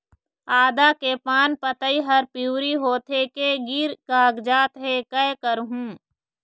आदा के पान पतई हर पिवरी होथे के गिर कागजात हे, कै करहूं?